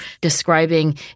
describing